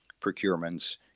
procurements